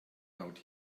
out